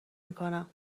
میکنم